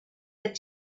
that